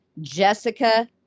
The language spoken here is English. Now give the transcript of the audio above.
Jessica